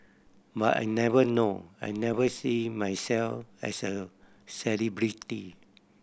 but I never know I never see myself as a celebrity